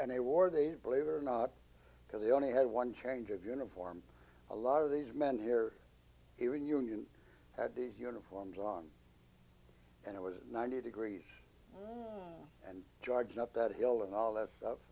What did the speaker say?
a war they believe it or not because they only had one change of uniform a lot of these men here here in union had these uniforms on and it was ninety degrees and charged up that hill and all that stuff